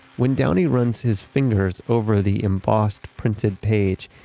when downey runs his fingers over the embossed printed page,